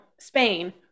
Spain